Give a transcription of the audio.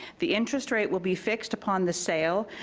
the interest rate will be fixed upon the sale,